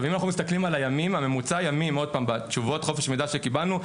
אם אנחנו מסתכלים על ממוצע הימים בתשובות חופש מידע שקיבלנו,